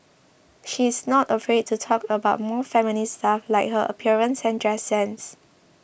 she is not afraid to talk about more feminine stuff like her appearance and dress sense